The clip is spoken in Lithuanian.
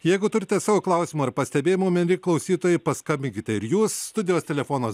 jeigu turite savo klausimų ar pastebėjimų mieli klausytojai paskambinkite ir jūs studijos telefonas